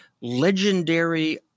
legendary